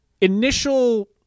Initial